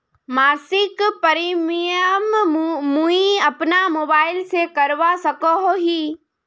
मासिक प्रीमियम मुई अपना मोबाईल से करवा सकोहो ही?